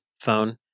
phone